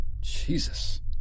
Jesus